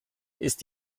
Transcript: ist